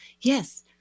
yes